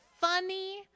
funny